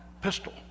pistol